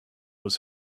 was